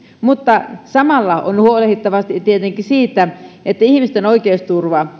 mutta samalla on huolehdittava tietenkin siitä että ihmisten oikeusturva